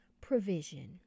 Provision